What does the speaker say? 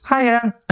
hiya